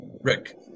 Rick